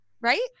right